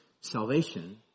salvation